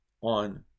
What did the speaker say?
on